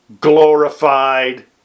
glorified